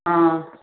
ಹಾಂ